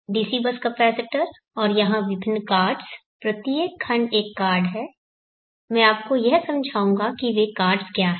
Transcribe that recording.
DC bus capacitor और यहां विभिन्न कार्ड्स प्रत्येक खंड एक कार्ड है मैं आपको यह समझाऊंगा कि वे कार्ड्स क्या हैं